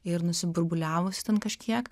ir nusiburbuliavusi ten kažkiek